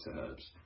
herbs